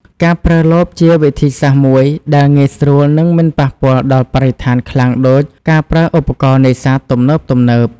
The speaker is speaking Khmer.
ការប្រើលបជាវិធីសាស្ត្រមួយដែលងាយស្រួលនិងមិនប៉ះពាល់ដល់បរិស្ថានខ្លាំងដូច ការប្រើឧបករណ៍នេសាទទំនើបៗ។